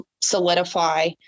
solidify